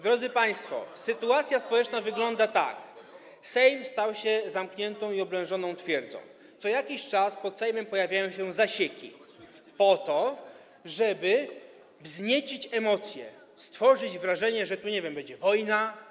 Drodzy państwo, sytuacja społeczna wygląda tak: Sejm stał się zamkniętą i oblężoną twierdzą, co jakiś czas przed Sejmem pojawiają się zasieki, po to żeby wzniecić emocje, stworzyć wrażenie, że tu, nie wiem, będzie wojna.